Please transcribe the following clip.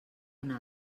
una